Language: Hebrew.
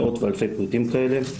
מאות ואלפי פריטים כאלה,